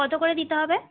কত করে দিতে হবে